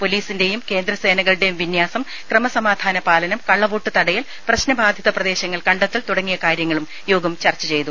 പോലീസിന്റെയും കേന്ദ്ര സേനകളുടെയും വിന്യാസം ക്രമസമാധാന പാലനം കള്ളവോട്ടു തടയൽ പ്രശ്നബാധിത പ്രദേശങ്ങൾ കണ്ടെത്തൽ തുടങ്ങിയ കാര്യങ്ങളും യോഗം ചർച്ച ചെയ്തു